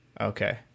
okay